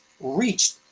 reached